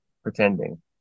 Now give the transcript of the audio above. pretending